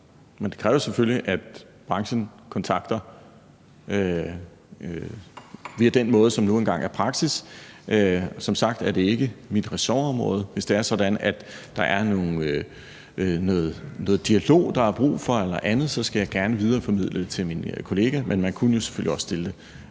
men det kræver selvfølgelig, at branchen tager kontakt på den måde, som nu engang er praksis. Som sagt er det ikke mit ressortområde. Hvis det er sådan, at der er brug for noget dialog eller andet, så skal jeg gerne videreformidle det til min kollega, men man kunne jo selvfølgelig også stille